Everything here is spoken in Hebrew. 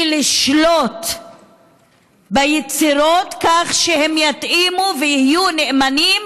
לשלוט ביצירות כך שהן יתאימו ויהיו נאמנות